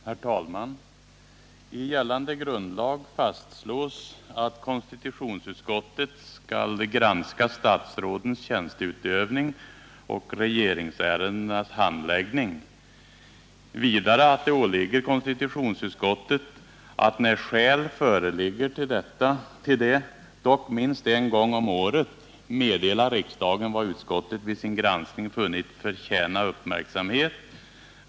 Herr talman! I gällande grundlag fastslås: ”Konstitutionsutskottet skall granska statsrådens tjänsteutövning och regeringsärendenas handläggning.” Vidare sägs: ”Det åligger konstitutionsutskottet att när skäl föreligger till det, dock minst en gång om året, meddela riksdagen vad utskottet vid sin granskning har funnit förtjäna uppmärksamhet.